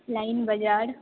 line बजार